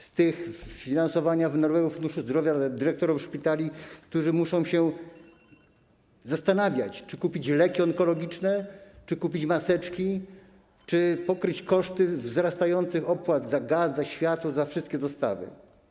Z finansowania Narodowego Funduszu Zdrowia dla dyrektorów szpitali, którzy muszą się zastanawiać, czy kupić leki onkologiczne, czy kupić maseczki, czy pokryć koszty wzrastających opłat za gaz, za światło, za wszystkie dostawy?